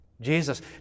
Jesus